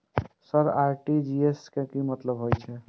Sir RTGS के मतलब की हे छे?